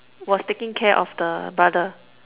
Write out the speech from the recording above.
was taking care of the brother